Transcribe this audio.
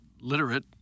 literate